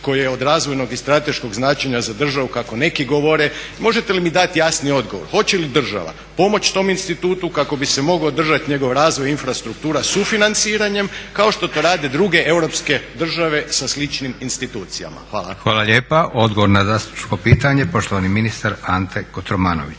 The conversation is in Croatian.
koji je od razvojnog i strateškog značenja za državu kako neki govore? Možete li mi dati jasni odgovor hoće li država pomoći tom institutu kako bi se mogao održati njegov razvoj i infrastruktura sufinanciranjem kao što to rade druge europske države sa sličnim institucijama? Hvala. **Leko, Josip (SDP)** Hvala lijepa. Odgovor na zastupničko pitanje, poštovani ministar Ante Kotromanović.